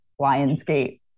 Lionsgate